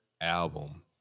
album